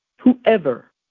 Whoever